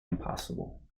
impossible